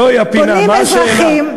זוהי הפינה, מה השאלה?